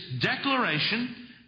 declaration